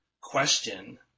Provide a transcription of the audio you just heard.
question